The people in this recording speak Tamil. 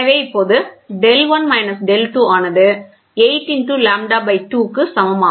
எனவே இப்போது டெல் 1 மைனஸ் டெல் 2 ஆனது 8 லாம்ப்டா 2 க்கு சமம்